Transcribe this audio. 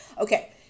Okay